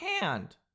hand